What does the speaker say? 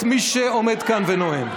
מבזה את מי שעומד כאן ונואם.